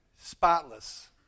spotless